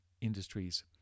industries